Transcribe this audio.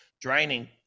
draining